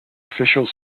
officials